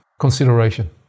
consideration